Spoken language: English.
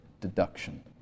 deduction